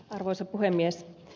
arvoisa puhemies